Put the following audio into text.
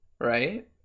Right